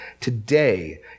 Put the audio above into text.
today